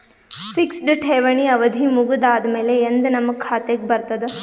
Fixed ಠೇವಣಿ ಅವಧಿ ಮುಗದ ಆದಮೇಲೆ ಎಂದ ನಮ್ಮ ಖಾತೆಗೆ ಬರತದ?